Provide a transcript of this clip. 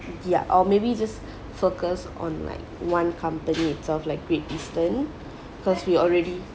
ya or maybe just focus on like one company itself like great eastern cause we already